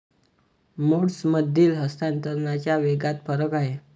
मोड्समधील हस्तांतरणाच्या वेगात फरक आहे